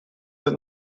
that